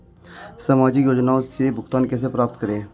सामाजिक योजनाओं से भुगतान कैसे प्राप्त करें?